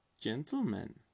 gentlemen